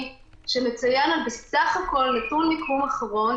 שמציין בסך הכול נתון מיקום אחרון,